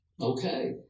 okay